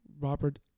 Robert